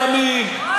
מי החליט את זה?